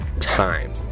time